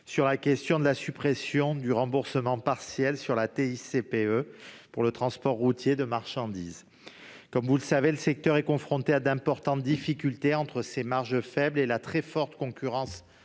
sur la question de la suppression du remboursement partiel de la TICPE pour le transport routier de marchandises. Comme vous le savez, le secteur est confronté à d'importantes difficultés liées à ses marges faibles et à la très forte concurrence